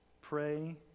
Pray